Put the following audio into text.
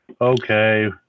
Okay